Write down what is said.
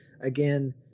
again